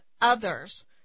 Others